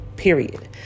Period